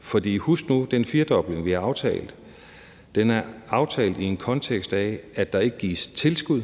For husk nu, at den firdobling, vi har aftalt, er aftalt i en kontekst af, at der ikke gives tilskud